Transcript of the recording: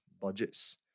budgets